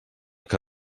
que